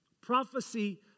Prophecy